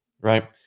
right